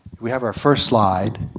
we have our first slide,